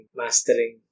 mastering